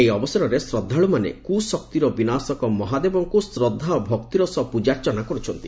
ଏହି ଅବସରରେ ଶ୍ରଦ୍ଧାଳୁମାନେ କୁ ଶକ୍ତିର ବିନାଶକ ମହାଦେବଙ୍କୁ ଶ୍ରଦ୍ଧା ଓ ଭକ୍ତିର ସହ ପ୍ରକାର୍ଚ୍ଚନା କରୁଛନ୍ତି